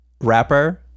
rapper